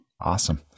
Awesome